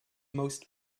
most